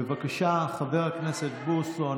בבקשה, חבר הכנסת בוסו.